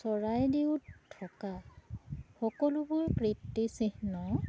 চৰাইদেওত থকা সকলোবোৰ কৃতিচিহ্ন